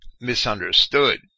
misunderstood